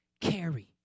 carry